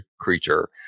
creature